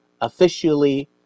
officially